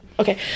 Okay